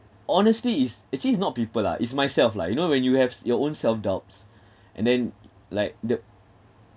honestly it's actually it's not people lah it's myself lah you know when you have your own self doubts and then like the